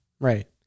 Right